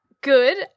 Good